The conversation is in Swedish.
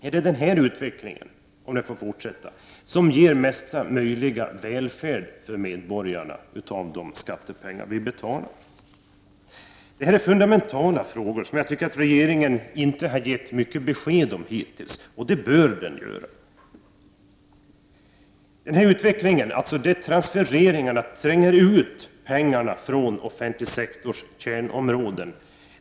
Är detta den utveckling som ger mesta möjliga välfärd för skattepengarna? Detta är fundamentala frågor som regeringen hittills inte gett mycket besked om. Det bör den göra. Utvecklingen av transfereringarna tränger ut pengarna från den offentliga sektorns kärnområden.